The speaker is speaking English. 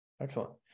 excellent